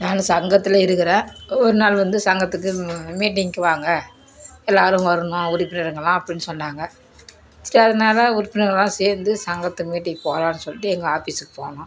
நான் சங்கத்தில் இருக்கிறேன் ஒரு நாள் வந்து சங்கத்துக்கு மீட்டிங்குக்கு வாங்க எல்லோரும் வரணும் உறுப்பினர்களெலாம் அப்படின்னு சொன்னாங்க சரி அதனால் உறுப்பினர்களெலாம் சேர்ந்து சங்கத்து மீட்டிங் போலான்னு சொல்லிட்டு எங்கள் ஆஃபிஸுக்கு போனோம்